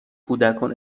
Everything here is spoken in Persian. کودکان